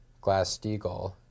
Glass-Steagall